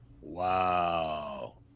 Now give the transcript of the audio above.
Wow